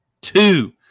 two